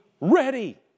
ready